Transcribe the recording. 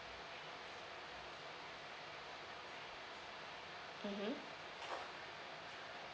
mmhmm